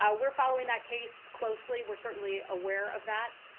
ah we're following that case closely. we're certainly aware of that.